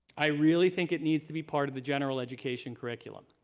i really think it needs to be part of the general education curriculum.